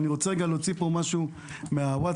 אני רוצה להוציא פה משהו מהווטצאפ,